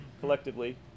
collectively